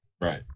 Right